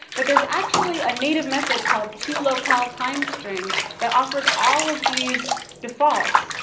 but there's actually a native method called two-locale-time-string that offers all of these defaults.